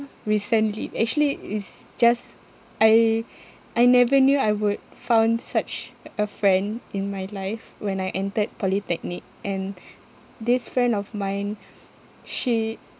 recently actually is just I I never knew I would found such a friend in my life when I entered polytechnic and this friend of mine she